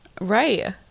Right